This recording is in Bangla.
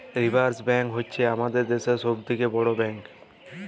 রিসার্ভ ব্ব্যাঙ্ক হ্য়চ্ছ হামাদের দ্যাশের সব থেক্যে বড় ব্যাঙ্ক